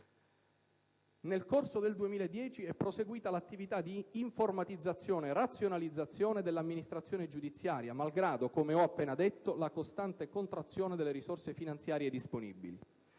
Nel corso del 2010, è proseguita l'attività di informatizzazione e razionalizzazione dell'amministrazione giudiziaria, malgrado - come ho appena detto - la costante contrazione delle risorse finanziarie disponibili.